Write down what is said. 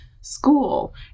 school